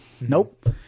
Nope